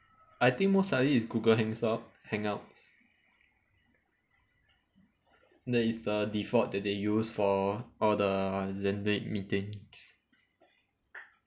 I think most likely is google hangs out hang outs that is the default that they use for all the meetings